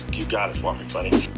you've got plenty